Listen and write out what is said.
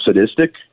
sadistic